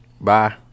Bye